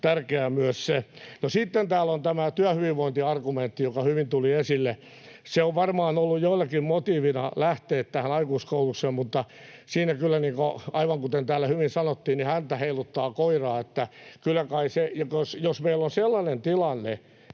tärkeää myös. No, sitten täällä on tämä työhyvinvointiargumentti, joka hyvin tuli esille. Se on varmaan ollut joillekin motiivina lähteä tähän aikuiskoulutukseen, mutta siinä kyllä — aivan kuten täällä hyvin sanottiin — häntä heiluttaa koiraa. Jos meillä on sellainen tilanne,